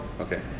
Okay